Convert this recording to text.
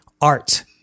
art